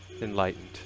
enlightened